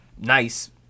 nice